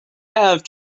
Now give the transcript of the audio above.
have